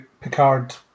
Picard